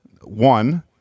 one